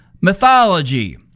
mythology